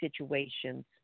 situations